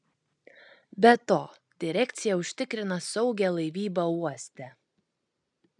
be to direkcija užtikrina saugią laivybą uoste